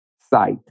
sight